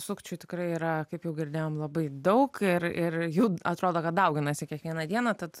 sukčių tikrai yra kaip jau girdėjom labai daug ir ir jų atrodo kad dauginasi kiekvieną dieną tad